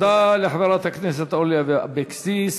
תודה לחברת הכנסת אורלי אבקסיס.